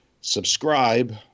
subscribe